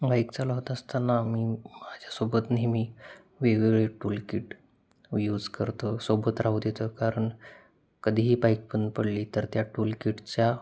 bike चालवत असताना मी माझ्यासोबत नेहमी वेगवेगळे टूल किट यूज करतो सोबत राहू देतो कारण कधीही बाईक बंद पडली तर त्या टूल किटच्या